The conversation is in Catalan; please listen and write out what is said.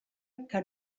que